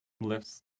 lifts